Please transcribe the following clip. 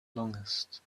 longest